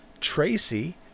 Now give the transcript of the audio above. Tracy